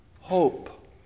hope